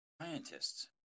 scientists